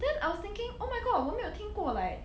then I was thinking oh my god 我没有听过 like